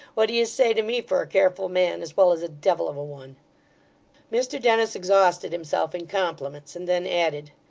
what do you say to me for a careful man as well as a devil of a one mr dennis exhausted himself in compliments, and then added,